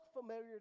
familiar